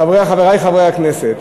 חברי חברי הכנסת,